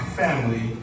family